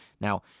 Now